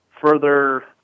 further